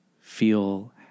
feel